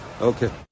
Okay